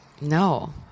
No